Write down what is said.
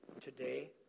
today